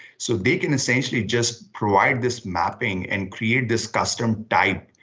so they can essentially just provide this mapping and create this custom type.